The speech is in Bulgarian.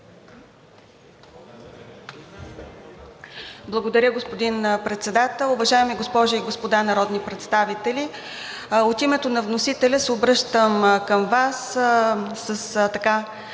Благодаря, господин Председател. Уважаеми госпожи и господа народни представители! От името на вносителя се обръщам към Вас с молба